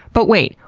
but wait.